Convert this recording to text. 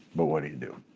but what do you do?